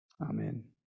Amen